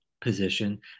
position